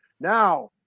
now